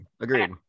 Agreed